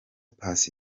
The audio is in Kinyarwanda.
paccy